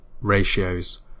ratios